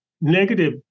negative